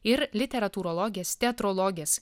ir literatūrologės teatrologės